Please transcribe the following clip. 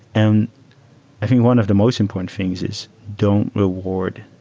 and i think one of the most important things is don't reward